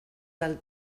del